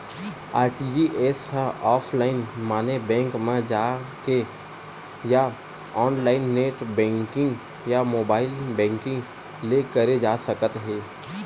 RTGS ह offline माने bank म जाके या ऑनलाईन नेट बेंकिंग या मोबाईल बेंकिंग ले करे जा सकत हे